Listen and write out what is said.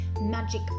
magic